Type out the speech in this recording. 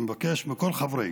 אני מבקש מכל חברי